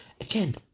Again